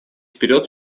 вперед